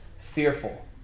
fearful